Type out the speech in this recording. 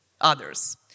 others